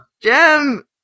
Gem